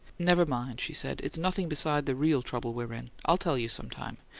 never mind, she said. it's nothing beside the real trouble we're in i'll tell you some time.